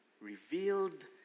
revealed